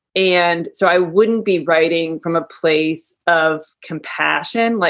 and so i wouldn't be writing from a place of compassion. like